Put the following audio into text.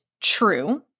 true